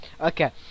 Okay